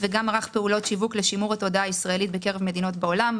וגם ערך פעולות שיווק לשימור התודעה הישראלית בקרב מדינות בעולם.